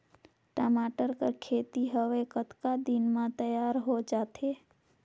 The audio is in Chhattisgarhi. टमाटर कर खेती हवे कतका दिन म तियार हो जाथे?